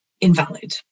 invalid